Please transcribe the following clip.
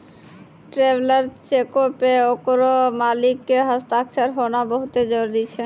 traveller चेको पे ओकरो मालिक के हस्ताक्षर होनाय बहुते जरुरी छै